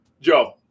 Joe